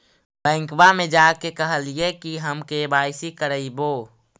बैंकवा मे जा के कहलिऐ कि हम के.वाई.सी करईवो?